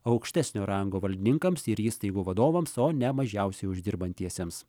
aukštesnio rango valdininkams ir įstaigų vadovams o ne mažiausiai uždirbantiesiems